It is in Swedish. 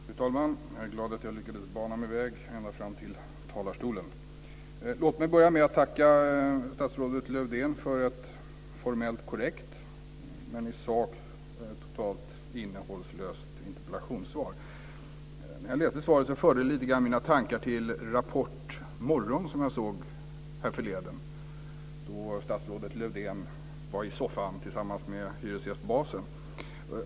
Fru talman! Jag är glad att jag lyckades bana mig väg ända fram till talarstolen. Låt mig börja med att tacka statsrådet Lövdén för ett formellt korrekt men i sak totalt innehållslöst interpellationssvar. När jag läste svaret förde det lite grann mina tankar till Rapport Morgon som jag såg härförleden, där statsrådet Lövdén satt i soffan tillsammans med hyresgästbasen.